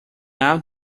out